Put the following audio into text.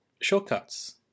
Shortcuts